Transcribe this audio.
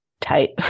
tight